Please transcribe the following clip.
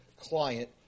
client